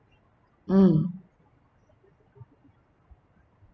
mm